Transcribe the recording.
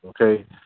okay